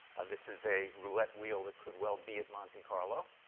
this is a roulette wheel that could well be at monte carlo.